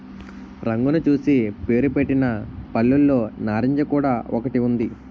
రంగును చూసి పేరుపెట్టిన పళ్ళులో నారింజ కూడా ఒకటి ఉంది